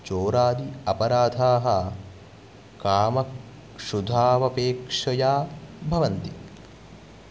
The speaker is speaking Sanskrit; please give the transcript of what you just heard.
चोरादि अपराधाः कामक्षुधावपेक्षया भवन्ति